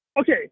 Okay